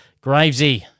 Gravesy